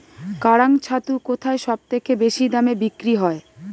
কাড়াং ছাতু কোথায় সবথেকে বেশি দামে বিক্রি হয়?